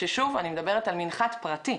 שוב, אני מדברת על מנחת פרטי.